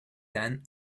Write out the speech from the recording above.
than